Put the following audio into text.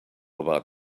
about